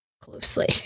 closely